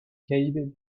caïd